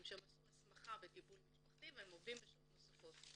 שעשו הסמכה בטיפול משפחתי ועובדים בשעות נוספות.